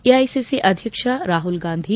AICC ಅಧ್ಯಕ್ಷ ರಾಹುಲ್ ಗಾಂಧಿ